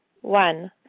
One